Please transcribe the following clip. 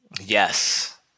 Yes